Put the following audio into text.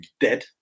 dead